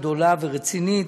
גדולה ורצינית.